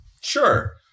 Sure